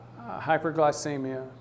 hyperglycemia